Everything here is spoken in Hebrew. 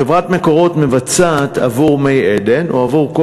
חברת "מקורות" מבצעת עבור "מי עדן" או עבור כל